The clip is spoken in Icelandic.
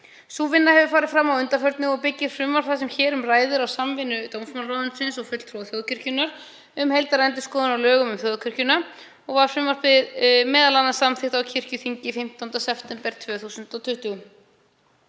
Sú vinna hefur farið fram að undanförnu og byggir frumvarp það sem hér um ræðir á samvinnu dómsmálaráðuneytisins og fulltrúa þjóðkirkjunnar um heildarendurskoðun á lögum um þjóðkirkjuna. Var frumvarpið m.a. samþykkt á kirkjuþingi 15. september 2020.